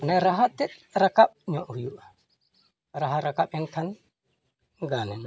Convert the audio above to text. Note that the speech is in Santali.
ᱚᱱᱮ ᱨᱟᱦᱟ ᱛᱮᱫ ᱨᱟᱠᱟᱵ ᱧᱚᱜ ᱦᱩᱭᱩᱜᱼᱟ ᱨᱟᱦᱟ ᱨᱟᱠᱟᱵᱮᱱ ᱠᱷᱟᱱ ᱜᱟᱱ ᱮᱱᱟ